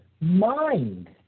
mind